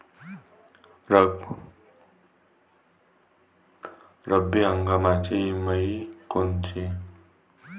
रब्बी हंगामाचे मइने कोनचे?